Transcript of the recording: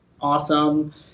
awesome